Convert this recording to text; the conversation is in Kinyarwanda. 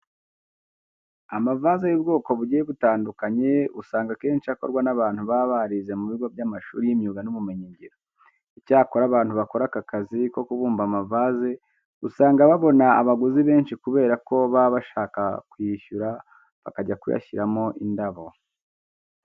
Amavaze y'ubwoko bugiye butandukanye usanga akenshi akorwa n'abantu baba barize mu bigo by'amashuri y'imyuga n'ubumenyingiro. Icyakora abantu bakora aka kazi ko kubumba amavaze usanga babona abaguzi benshi kubera ko baba bashaka kuyishyura bakajya kuyashiramo indabo.